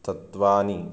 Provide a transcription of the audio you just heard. तत्वानि